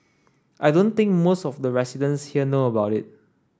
I don't think most of the residents here know about it